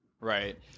Right